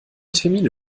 termine